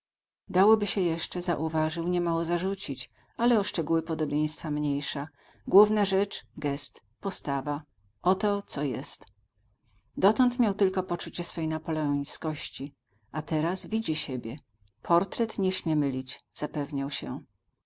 dałoby się jeszcze zauważał nie mało zarzucić ale o szczegóły podobieństwa mniejsza główna rzecz gest postawa oto co jest dotąd miał tylko poczucie swej napoleońskości a teraz widzi siebie portret nie śmie mylić zapewniał się